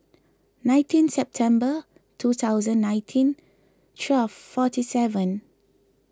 nineteen September two thousand nineteen twelve forty seven